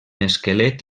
esquelet